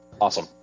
Awesome